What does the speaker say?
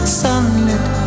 sunlit